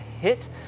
hit